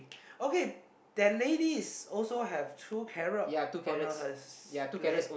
okay that lady is also have two carrot on uh hers plate